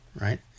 right